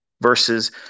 versus